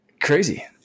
Crazy